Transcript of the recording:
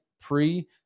pre